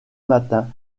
matin